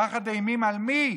פחד אימים על מי?